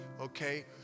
Okay